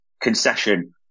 concession